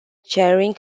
charing